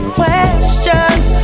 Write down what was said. questions